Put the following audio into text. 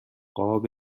قاب